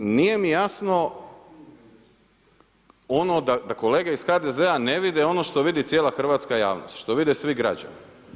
E sada nije mi jasno ono da kolege iz HDZ-a ne vide ono što vidi cijela hrvatska javnost, što vide svi građani.